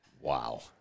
Wow